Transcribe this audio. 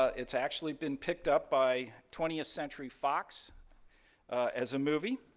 it's actually been picked up by twentieth century fox as a movie.